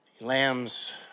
Lambs